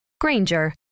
Granger